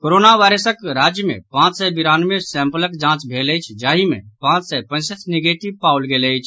corona वायरसक राज्य मे पांच सय बिरानवे सैंपलक जांच भेल अछि जाहि मे पांच सय पैंसठि निगेटिव पाओल गेल अछि